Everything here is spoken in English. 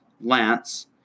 lance